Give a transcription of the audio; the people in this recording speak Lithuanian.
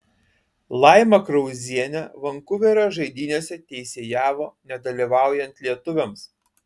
laima krauzienė vankuverio žaidynėse teisėjavo nedalyvaujant lietuviams